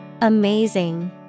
Amazing